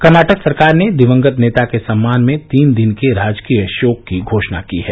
कर्नाटक सरकार ने दिवंगत नेता के सम्मान में तीन दिन के राजकीय शोक की घोषणा की है